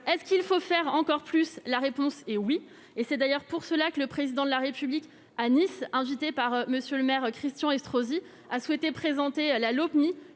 est ce qu'il faut faire encore plus, la réponse est oui, et c'est d'ailleurs pour cela que le président de la République à Nice, invité par monsieur le maire, Christian Estrosi a souhaité présenter à la